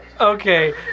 Okay